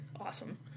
Awesome